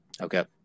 Okay